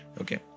okay